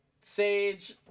Sage